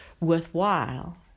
worthwhile